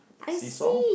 see saw